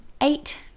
eight